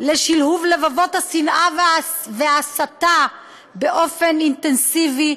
לשלהוב לבבות השנאה וההסתה באופן אינטנסיבי,